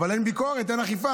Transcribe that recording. אבל אין ביקורת, אין אכיפה.